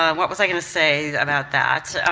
um what was i gonna say about that?